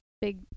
big